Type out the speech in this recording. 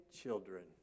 children